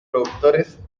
productores